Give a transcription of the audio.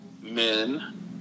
men